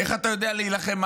איך אתה יודע מה זה להילחם?